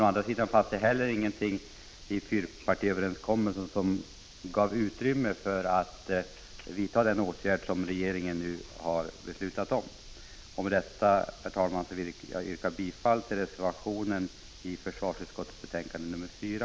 Å andra sidan fanns det ingenting i fyrpartiöverenskommelsen som gav utrymme för att vidta den åtgärd som regeringen nu har föreslagit. Med detta, herr talman, vill jag yrka bifall till reservationen i försvarsutskottets betänkande nr 4.